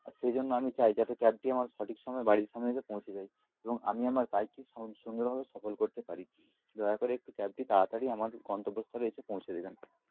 আর সেই জন্য আমি চাই যাতে ক্যাবটি আমার সঠিক সময়ে বাড়ির সামনে এসে পৌঁছে যায় এবং আমি আমার কাজটি সুন্দরভাবে সফল করতে পারি দয়া করে একটু ক্যাবটি তাড়াতাড়ি আমার গন্তব্যস্থলে এসে পৌঁছে দেবেন